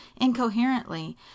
incoherently